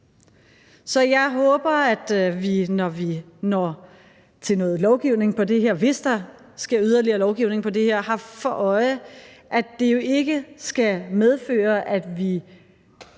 Så jeg håber, at vi, når vi når til noget lovgivning om det her, hvis der skal lovgives yderligere om det, har for øje, at det jo ikke skal medføre, at vi